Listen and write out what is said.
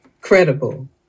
credible